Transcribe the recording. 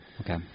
Okay